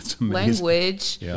language